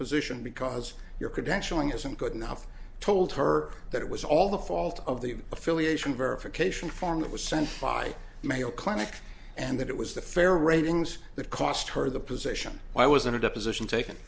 position because you're credentialing isn't good enough told her that it was all the fault of the affiliation verification form that was sent by the mayo clinic and that it was the fair ratings that cost her the position i was in a deposition taken